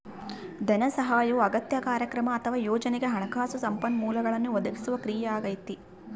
ಧನಸಹಾಯವು ಅಗತ್ಯ ಕಾರ್ಯಕ್ರಮ ಅಥವಾ ಯೋಜನೆಗೆ ಹಣಕಾಸು ಸಂಪನ್ಮೂಲಗಳನ್ನು ಒದಗಿಸುವ ಕ್ರಿಯೆಯಾಗೈತೆ